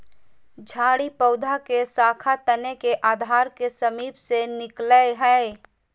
झाड़ी पौधा के शाखा तने के आधार के समीप से निकलैय हइ